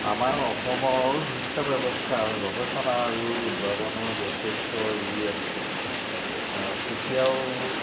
আমাৰ অসমৰ শিক্ষা ব্যৱস্থা গৱেষণা আৰু উদ্ভাৱনৰ যথেষ্ট ই আছে এতিয়াও